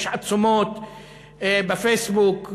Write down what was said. יש עצומות בפייסבוק,